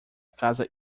casa